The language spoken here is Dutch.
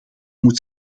moet